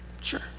Sure